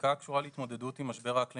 שחקיקה הקשורה להתמודדות עם משבר האקלים